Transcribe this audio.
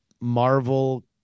Marvel